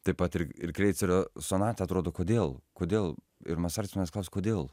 taip pat ir ir kreicerio sonatą atrodo kodėl kodėl ir masalskis manęs klausia kodėl